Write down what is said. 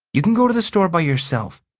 you can go to the store by yourself.